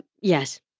yes